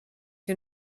you